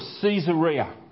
Caesarea